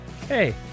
Hey